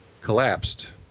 collapsed